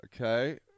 okay